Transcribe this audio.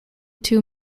two